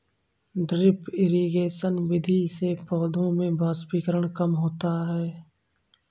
drip irrigation विधि से पौधों में वाष्पीकरण कम हो जाता है